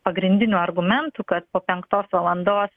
pagrindinių argumentų kad po penktos valandos